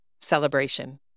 celebration